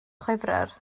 chwefror